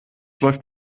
läuft